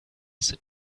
sit